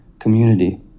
community